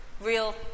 Real